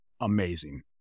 amazing